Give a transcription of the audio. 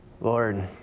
Lord